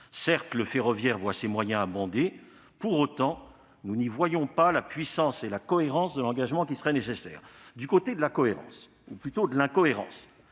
certes, le ferroviaire voit ses moyens abondés. Pour autant, nous n'y voyons pas la puissance et la cohérence de l'engagement qui serait nécessaire. Du côté de la cohérence, ou plutôt de l'incohérence,